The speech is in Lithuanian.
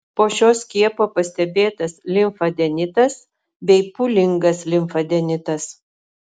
po šio skiepo pastebėtas limfadenitas bei pūlingas limfadenitas